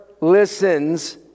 listens